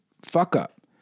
fuck-up